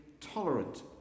tolerant